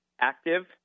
active